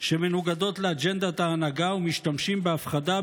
שמנוגדות לאג'נדת ההנהגה ומשתמשים בהפחדה,